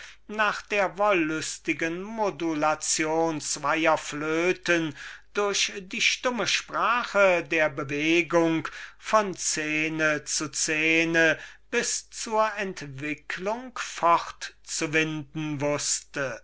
nach der wollüstigen modulation zwoer flöten allein durch die stumme sprache der bewegung von szene zu szene bis zur entwicklung fortzuwinden wußte